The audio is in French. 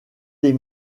des